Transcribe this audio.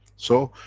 so,